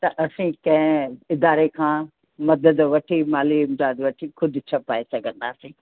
त असीं कंहिं इदारे खां मदद वठी मालीइम्ताद वठी ख़ुदि छपाए सघंदासीं